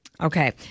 Okay